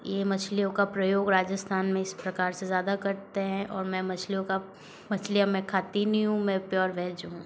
यह मछलियों का प्रयोग राजस्थान में इस प्रकार से ज़्यादा करते हैं और मैं मछलियों का मछलियाँ मैं खाती नहीं हूँ मैं प्योर वेज हूँ